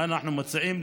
מה אנחנו מציעים?